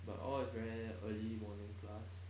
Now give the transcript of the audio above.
but all is very early morning class